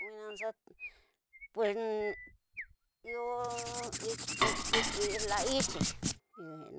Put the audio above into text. Nwina ga pues iyo kiti, la ityi